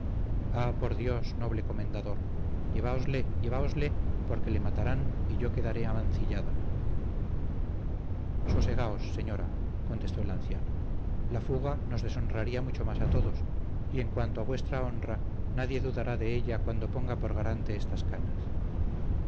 por dios noble comendador lleváosle lleváosle porque le matarán y yo quedaré amancillada sosegaos señora contestó el anciano la fuga nos deshonraría mucho más a todos y en cuanto a vuestra honra nadie durará de ella cuando ponga por garante estas canas